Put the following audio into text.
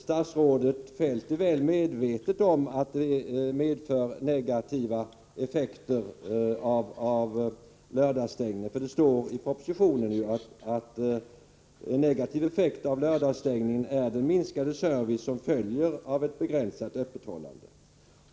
Statsrådet Sigurdsen är väl medveten om att lördagsstängt medför negativa effekter. Det står nämligen i propositionen, att en negativ effekt av lördagsstängningen är den minskade service som följer av begränsat öppethållande.